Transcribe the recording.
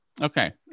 Okay